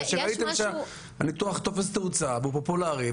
ראיתם שהניתוח תופס תאוצה והוא פופולרי,